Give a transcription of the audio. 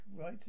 right